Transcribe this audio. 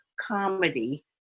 comedy